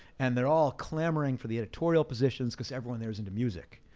and they're all clamoring for the editorial positions, cause everyone there is into music.